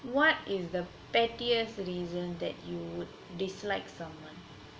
what is the pettiest reason that you would dislike someone